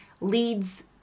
leads